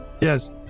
yes